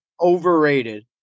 overrated